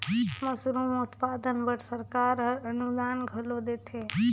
mushroom उत्पादन बर सरकार हर अनुदान घलो देथे